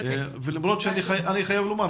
אני חייב לומר,